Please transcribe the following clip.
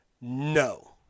no